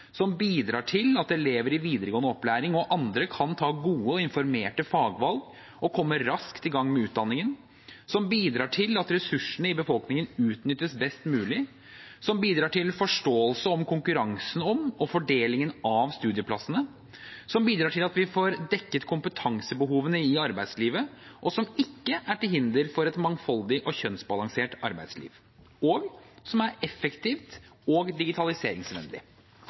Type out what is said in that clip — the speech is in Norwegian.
som bidrar til at elever i videregående opplæring og andre kan ta gode og informerte fagvalg og komme raskt i gang med utdanningen som bidrar til at ressursene i befolkningen utnyttes best mulig som bidrar til forståelse om konkurransen om og fordelingen av studieplassene som bidrar til at vi får dekket kompetansebehovene i arbeidslivet, og som ikke er til hinder for et mangfoldig og kjønnsbalansert arbeidsliv som er effektivt og digitaliseringsvennlig